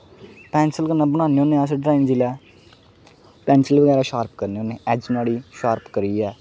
pencil कन्नै बनाने होन्ने अस ड्रांइग जेल्लै पैंसल बगैरा शार्प करने होन्ने ऐज नुआडे शार्प करियै